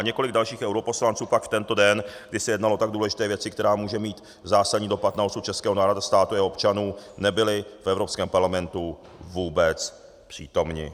Několik dalších europoslanců pak v tento den, kdy se jednalo o tak důležité věci, která může mít zásadní dopad na osud českého národa, státu a jeho občanů, nebyli v Evropském parlamentě vůbec přítomni.